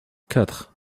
quatre